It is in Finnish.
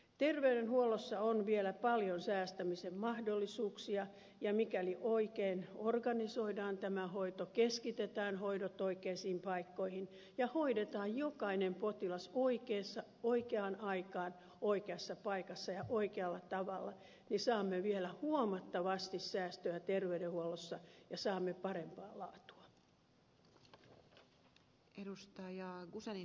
terveydenhuollossa on vielä paljon säästämisen mahdollisuuksia ja mikäli oikein organisoidaan tämä hoito keskitetään hoidot oikeisiin paikkoihin ja hoidetaan jokainen potilas oikeaan aikaan oikeassa paikassa ja oikealla tavalla niin saamme vielä huomattavasti säästöä terveydenhuollossa ja saamme parempaa laatua